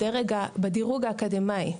בדירוג האקדמאי,